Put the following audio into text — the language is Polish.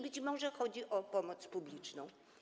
Być może chodzi tu o pomoc publiczną.